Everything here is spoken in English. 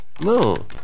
No